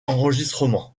enregistrements